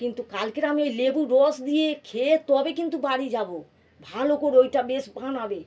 কিন্তু কালকের আমি ওই লেবুর রস দিয়ে খেয়ে তবে কিন্তু বাড়ি যাব ভালো করে ওটা বেশ বানাবে